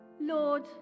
Lord